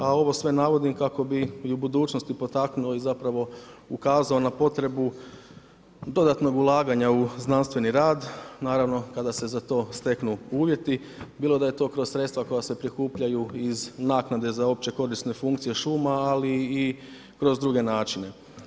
A ovo sve navodim kako bi i u budućnosti potaknuo i zapravo ukazao na potrebu dodatnog ulaganja u znanstveni rad, naravno kad se za to steknu uvjeti, bilo da je to kroz sredstva koja se prikupljaju iz naknade iz opće korisne funkcije šuma, ali i kroz druge načine.